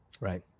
Right